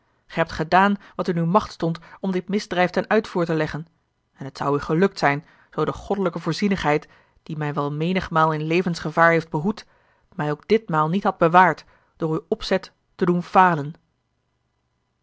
gij hebt gedaan wat in uwe macht stond om dit misdrijf ten uitvoer te leggen en het zou u gelukt zijn zoo de goddelijke voorzienigheid die mij wel menigmaal in levensgevaar heeft behoed mij ook ditmaal niet had bewaard door uw opzet te doen falen